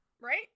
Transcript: right